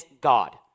God